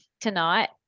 tonight